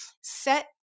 set